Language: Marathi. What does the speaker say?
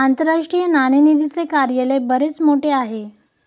आंतरराष्ट्रीय नाणेनिधीचे कार्यालय बरेच मोठे आहे